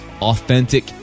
authentic